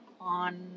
on